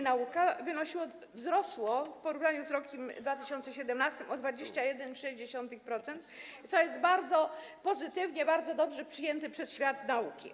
Nauka wynosiło, wzrosło w porównaniu z rokiem 2017 o 21,6%, co zostało bardzo pozytywnie, bardzo dobrze przyjęte przez świat nauki.